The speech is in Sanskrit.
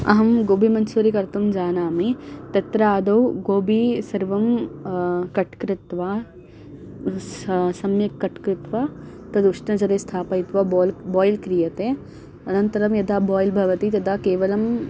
अहं गोबिमञ्चूरि कर्तुं जानामि तत्र आदौ गोबि सर्वं कट् कृत्वा स सम्यक् कट् कृत्वा तद् उष्णजलेन स्थापयित्वा बोइल् बोइल् क्रियते अनन्तरं यदा बोइल् भवति तदा केवलं